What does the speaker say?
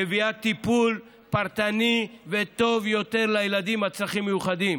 מביאה טיפול פרטני וטוב יותר לילדים עם הצרכים המיוחדים.